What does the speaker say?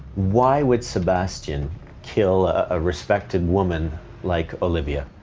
why would sebastian kill a respected woman like olivia?